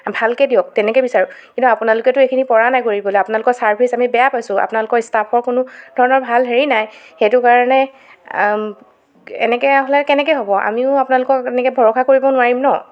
ভালকৈ দিয়ক তেনেকৈ বিচাৰো কিন্তু আপোনালোকেতো এইখিনি পৰা নাই কৰিবলৈ আপোনালোকৰ চাৰ্ভিছ আমি বেয়া পাইছোঁ আপোনাকৰ ষ্টাফৰ কোনো ধৰণৰ ভাল হেৰি নাই সেইটো কাৰণে এনেকৈ হ'লে কেনেকৈ হ'ব আমিও আপোনালোকক এনেকৈ ভৰষা কৰিব নোৱাৰিম ন